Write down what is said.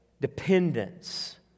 dependence